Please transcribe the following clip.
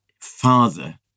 father